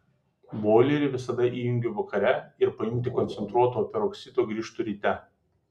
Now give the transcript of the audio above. boilerį visada įjungiu vakare ir paimti koncentruoto peroksido grįžtu ryte